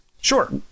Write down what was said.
Sure